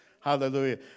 Hallelujah